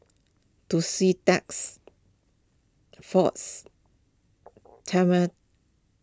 Tussidex force